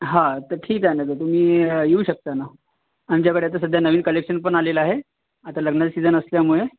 हा तर ठीक आहे ना तर तुम्ही येऊ शकता ना आमच्याकडे आता सध्या नवीन कलेक्शन पण आलेलं आहे आता लग्नाचा सीजन असल्यामुळे